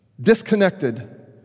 Disconnected